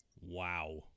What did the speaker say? Wow